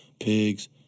pigs